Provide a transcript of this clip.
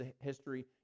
history